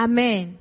Amen